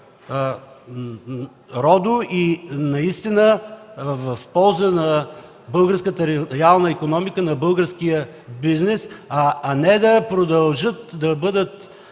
роду, наистина в полза на българската реална икономика, на българския бизнес, а не да продължат да бъдат